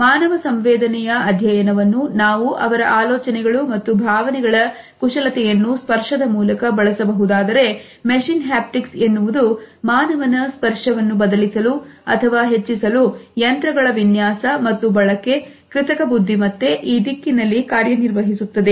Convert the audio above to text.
ಮಾನವ ಸಂವೇದನೆಯ ಅಧ್ಯಯನವನ್ನು ನಾವು ಅವರ ಆಲೋಚನೆಗಳು ಮತ್ತು ಭಾವನೆಗಳ ಕುಶಲತೆಯನ್ನು ಸ್ಪರ್ಶದ ಮೂಲಕ ಬಳಸಬಹುದಾದರೆ ಮೆಷಿನ್ ಹ್ಯಾಪ್ಟಿಕ್ಸ್ ಎನ್ನುವುದು ಮಾನವನ ಸ್ಪರ್ಶವನ್ನು ಬದಲಿಸಲು ಅಥವಾ ಹೆಚ್ಚಿಸಲು ಯಂತ್ರಗಳ ವಿನ್ಯಾಸ ಮತ್ತು ಬಳಕೆ ಕೃತಕ ಬುದ್ಧಿಮತ್ತೆ ಈ ದಿಕ್ಕಿನಲ್ಲಿ ಕಾರ್ಯನಿರ್ವಹಿಸುತ್ತದೆ